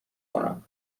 کنم